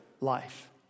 life